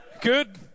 good